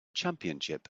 championship